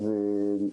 אולפן,